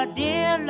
dear